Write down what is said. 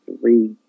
three